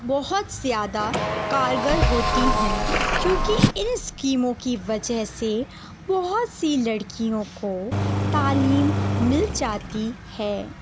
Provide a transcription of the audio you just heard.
بہت زیادہ کارگر ہوتی ہیں کیوں کہ ان اسکیموں کی وجہ سے بہت سی لڑکیوں کو تعلیم مل جاتی ہے